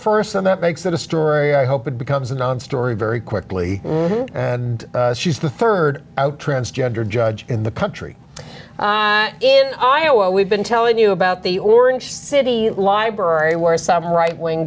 first so that makes it a story i hope it becomes a non story very quickly she's the third out transgender judge in the country in iowa we've been telling you about the orange city library where some right wing